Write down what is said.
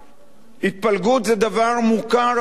התפלגות זה דבר מוכר על-ידי